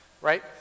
Right